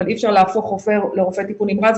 אבל אי אפשר להפוך רופא לרופא טיפול נמרץ,